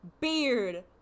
beard